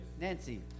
Nancy